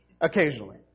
Occasionally